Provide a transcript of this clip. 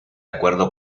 acuerdo